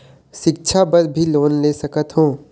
सिक्छा बर भी लोन ले सकथों?